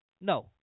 No